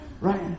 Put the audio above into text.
right